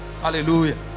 Hallelujah